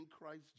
Christ